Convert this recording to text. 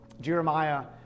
Jeremiah